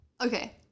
Okay